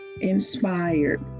inspired